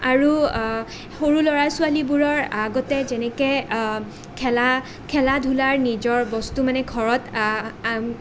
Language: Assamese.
আৰু সৰু ল'ৰা ছোৱালীবোৰৰ আগতে যেনেকৈ খেলা খেলা ধূলাৰ নিজৰ বস্তু মানে ঘৰত আনি